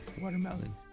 Watermelon